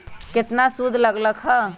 केतना सूद लग लक ह?